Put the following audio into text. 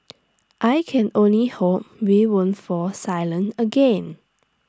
I can only hope we won't fall silent again